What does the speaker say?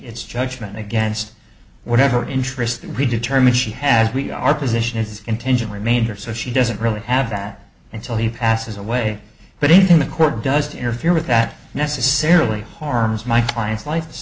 its judgment against whatever interest we determine she has we our position is contingent remainder so she doesn't really have that until he passes away but anything the court does to interfere with that necessarily harms my client's li